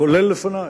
כולל לפני,